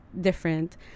different